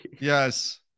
Yes